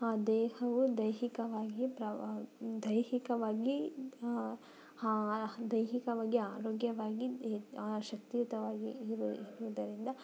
ದೇಹವು ದೈಹಿಕವಾಗಿ ಪ್ರವಾ ದೈಹಿಕವಾಗಿ ದೈಹಿಕವಾಗಿ ಆರೋಗ್ಯವಾಗಿ ಶಕ್ತಿಯುತವಾಗಿ ಇರುವುದರಿಂದ